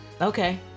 Okay